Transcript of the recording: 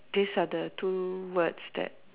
this are the two words that